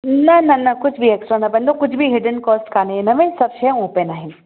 न न न कुझु बि एक्स्ट्रा न पवंदो कुझु बि हिडिन कॉस्ट कोन्हे इनमें सभु शयूं ओपन आहिनि